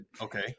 Okay